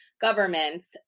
governments